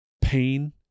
Pain